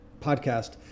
podcast